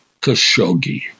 Khashoggi